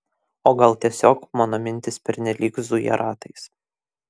o gal tiesiog mano mintys pernelyg zuja ratais